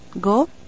Go